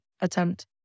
attempt